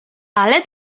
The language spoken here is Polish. ale